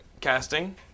casting